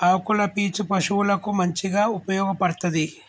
ఆకుల పీచు పశువులకు మంచిగా ఉపయోగపడ్తది